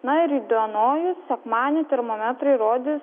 na ir įdionojus sekmanį termometrai rodys